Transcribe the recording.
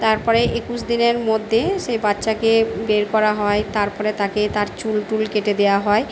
তারপরে একুশ দিনের মদ্যে সেই বাচ্ছাকে বের করা হয় তারপরে তাকে তার চুল টুল কেটে দেওয়া হয়